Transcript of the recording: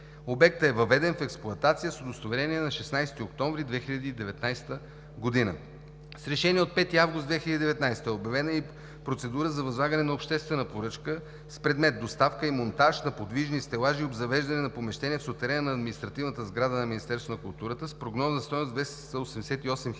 Обектът е въведен в експлоатация с удостоверение на 16 октомври 2019 г. С решение от 5 август 2019 г. е обявена и процедура за възлагане на обществена поръчка с предмет „Доставка и монтаж на подвижни стелажи и обзавеждане на помещения в сутерена на административната сграда на Министерството на културата“ с прогнозна стойност 288 хил.